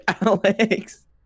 Alex